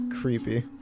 creepy